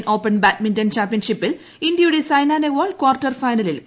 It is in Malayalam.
കൊറിയൻ ഓപ്പ്ൺ ബാഡ്മിന്റൺ ചാമ്പ്യൻഷിപ്പിൽ ഇന്ത്യയുടെ ്സൈന നെഹ്പാൾ ക്വാർട്ടർ ഫൈനലിൽ കടന്നു